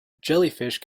jellyfish